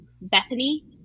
Bethany